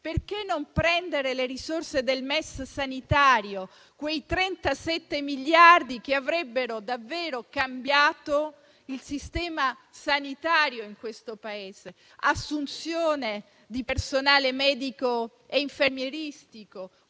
tempo a prendere le risorse del MES sanitario, quei 37 miliardi che avrebbero davvero cambiato il sistema sanitario in questo Paese, permettendo l'assunzione di personale medico e infermieristico,